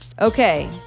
Okay